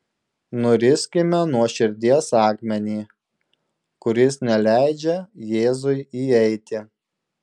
nuriskime nuo širdies akmenį kuris neleidžia jėzui įeiti